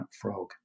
frog